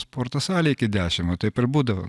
sporto salė iki dešim vo taip ir būdavo